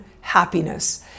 happiness